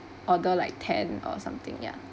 order like ten or something ya